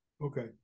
Okay